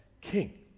king